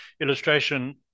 illustration